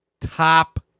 top